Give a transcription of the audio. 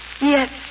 Yes